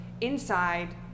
inside